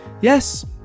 Yes